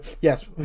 yes